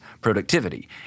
productivity